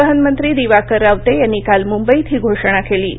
परिवहन मंत्री दिवाकर रावते यांनी काल मुंबईत ही घोषणा केली